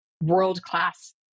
world-class